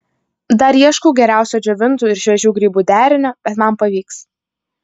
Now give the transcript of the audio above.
dar ieškau geriausio džiovintų ir šviežių grybų derinio bet man pavyks